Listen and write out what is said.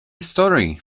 story